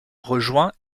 rejoint